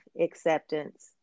acceptance